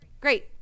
Great